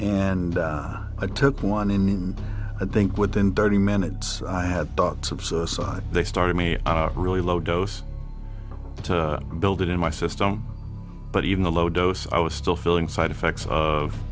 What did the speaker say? and i took one and i think within thirty minutes i had thoughts of suicide they started me really low dose to build it in my system but even a low dose i was still feeling side effects of